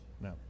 no